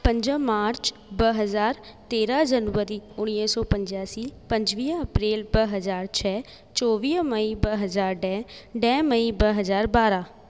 पंज मार्च ॿ हज़ार तेरहं जनवरी उणिवीह सौ पंजासी पंजुवीह अप्रेल ॿ हज़ार छह चोवीह मई ॿ हज़ार ॾह ॾह मई ॿ हज़ार ॿारहं